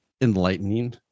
enlightening